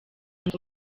nzu